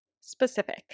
specific